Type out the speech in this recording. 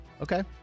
Okay